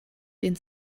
den